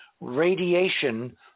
radiation